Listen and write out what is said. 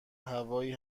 هوایی